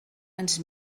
ens